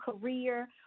career